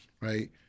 right